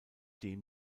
dem